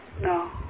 No